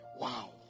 Wow